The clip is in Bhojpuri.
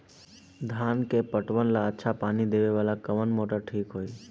धान के पटवन ला अच्छा पानी देवे वाला कवन मोटर ठीक होई?